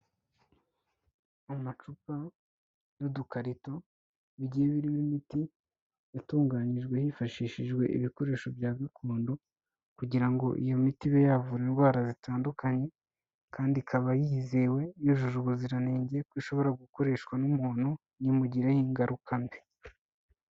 Amacupa n'udukarito bigiye birimo imiti yatunganyijwe hifashishijwe ibikoresho bya gakondo, kugira ngo iyo miti ibe yavura indwara zitandukanye, kandi ikaba yizewe yujuje ubuziranenge ko ishobora gukoreshwa n'umuntu ntimugireho ingaruka mbi.